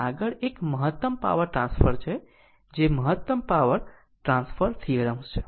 આગળ એક મહત્તમ પાવર ટ્રાન્સફર છે જે મહત્તમ પાવર ટ્રાન્સફર થીયરમ્સ છે